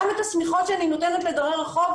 את השמיכות שאני נותנת לדיירי הרחוב,